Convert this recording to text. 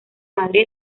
madrid